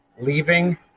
leaving